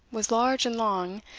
was large and long,